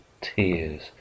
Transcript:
tears